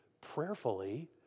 prayerfully